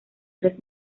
tres